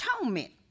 Atonement